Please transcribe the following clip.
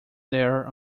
there